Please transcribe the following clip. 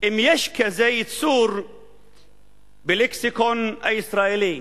אם יש כזה יצור בלקסיקון הישראלי,